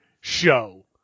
show